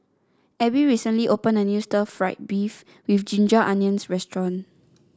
Abbey recently opened a new Stir Fried Beef with Ginger Onions restaurant